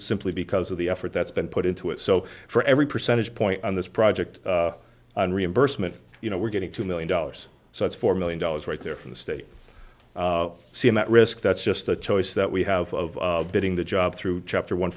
simply because of the effort that's been put into it so for every percentage point on this project and reimbursement you know we're getting two million dollars so it's four million dollars right there in the state see him at risk that's just a choice that we have getting the job through chapter one